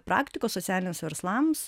praktikos socialiniams verslams